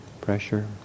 pressure